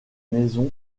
maisons